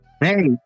Hey